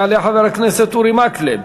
יעלה חבר הכנסת אורי מקלב,